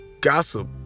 gossip